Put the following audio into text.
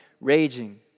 raging